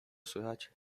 słychać